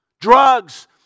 Drugs